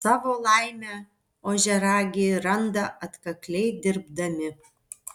savo laimę ožiaragiai randa atkakliai dirbdami